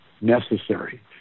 necessary